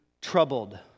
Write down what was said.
troubled